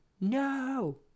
no